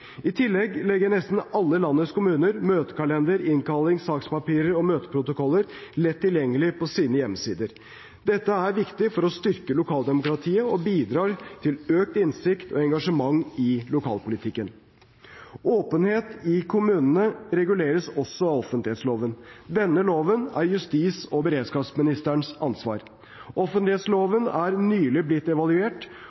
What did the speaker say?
I tillegg legger nesten alle landets kommuner møtekalender, innkalling, sakspapirer og møteprotokoller lett tilgjengelig på sine hjemmesider. Dette er viktig for å styrke lokaldemokratiet og bidrar til økt innsikt og engasjement i lokalpolitikken. Åpenhet i kommunene reguleres også av offentlighetsloven. Denne loven er justis- og beredskapsministerens ansvar.